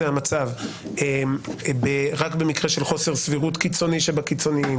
זה המצב רק במקרה של חוסר סבירות קיצוני שבקיצוניים,